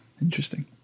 interesting